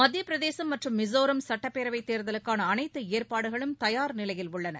மத்திய பிரதேசம் மற்றம் மிஸோராம் சட்டப்பேரவைத் தேர்தலுக்கான அனைத்து ஏற்பாடுகளும் தயார் நிலையில் உள்ளன